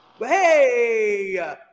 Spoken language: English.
Hey